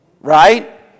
right